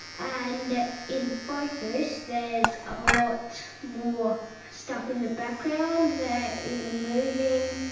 and in focus there's a lot more stuff in the background, they're even moving.